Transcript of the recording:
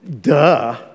Duh